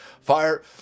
fire